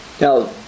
Now